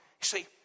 see